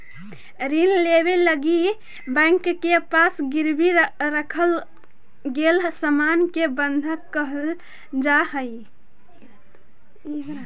ऋण लेवे लगी बैंक के पास गिरवी रखल गेल सामान के बंधक कहल जाऽ हई